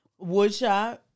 Woodshop